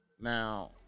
Now